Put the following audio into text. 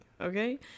Okay